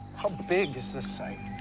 how big is this site?